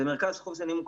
אם כבר מרכז החוסן הוקם,